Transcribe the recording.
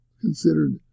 considered